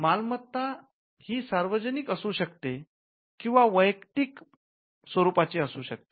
मालमत्ताही सार्वजनिक असू शकते किंवा वैयक्तिक स्वरूपाची असू शकते